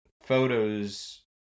photos